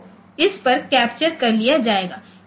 तो इस पर कैप्चर कर लिया जाएगा